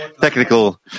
technical